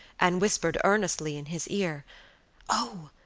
and whispered earnestly in his ear oh!